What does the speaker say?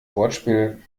wortspiel